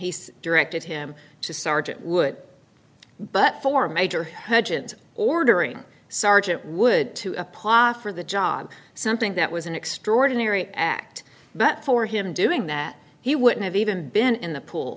he directed him to sergeant would but for major ordering sergeant wood to apply for the job something that was an extraordinary act but for him doing that he wouldn't have even been in the pool